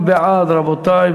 מי בעד, רבותי?